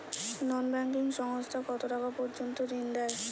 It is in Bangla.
নন ব্যাঙ্কিং সংস্থা কতটাকা পর্যন্ত ঋণ দেয়?